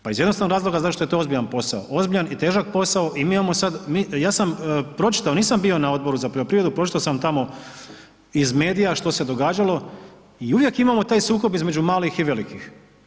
Pa iz jednostavnog razloga zato što je to ozbiljan i težak posao i mi imamo sad, ja sam pročitao, nisam bio na Odboru za poljoprivredu, pročitao sam tamo iz medija što se događalo i uvijek imamo taj sukob između malih i velikih.